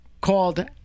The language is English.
called